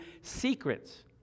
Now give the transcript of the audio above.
secrets